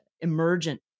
emergent